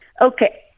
Okay